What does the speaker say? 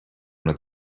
una